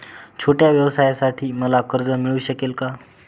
छोट्या व्यवसायासाठी मला कर्ज मिळू शकेल का?